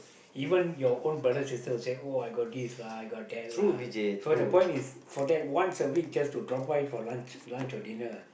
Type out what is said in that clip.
even your own bothers and sisters would say oh I got this lah I got that lah so the point is for that once a week just to drop by for lunch lunch or dinner